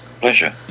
Pleasure